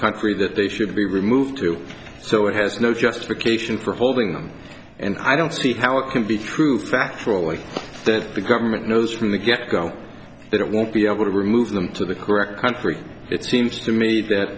country that they should be removed to so it has no justification for holding them and i don't see how it can be proved factually that the government knows from the get go that it won't be able to remove them to the correct country it seems to me that